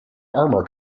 armor